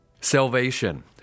Salvation